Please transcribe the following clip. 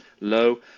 low